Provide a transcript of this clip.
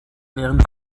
während